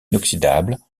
inoxydable